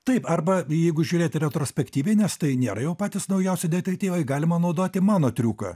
taip arba jeigu žiūrėti retrospektyviai nes tai nėra jo patys naujausi detektyvai galima naudoti mano triuką